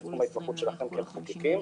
זה תחום ההתמחות שלכם כמחוקקים,